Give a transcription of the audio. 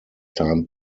time